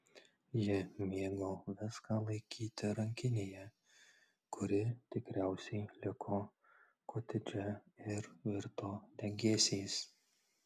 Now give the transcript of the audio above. ji mėgo viską laikyti rankinėje kuri tikriausiai liko kotedže ir virto degėsiais